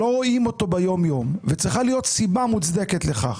שלא רואים אותו ביום יום וצריכה להיות סיבה מוצדקת לכך,